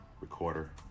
recorder